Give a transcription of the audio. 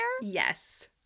Yes